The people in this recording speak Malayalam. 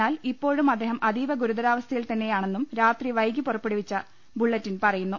എന്നാൽ ഇപ്പോഴും അദ്ദേഹം അതീവ ഗുരുതരാവസ്ഥ യിൽ തന്നെയാണെന്നും രാത്രിവൈകി പുറപ്പെടുവിച്ച ബുള്ളറ്റിൻ പറയുന്നു